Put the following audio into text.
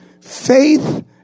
Faith